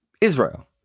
Israel